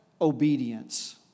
obedience